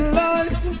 life